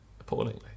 appallingly